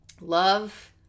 love